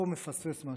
פה מפספס משהו,